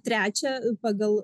trečią pagal